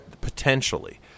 potentially